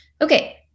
Okay